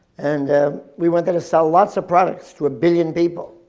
and we went there to sell lots of products to a billion people.